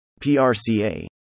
PRCA